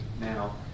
now